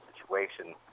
situation